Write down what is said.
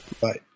Bye